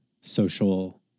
social